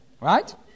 Right